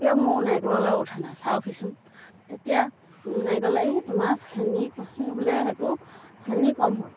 কিয় মোৰ নাৰিকলৰ লাড়ু উঠা নাই চাওকহিচোন তেতিয়া নাৰিকলৰ এই তোমাৰ চেনী কম বোলে সেইটো চেনী কম হ'ল